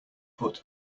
put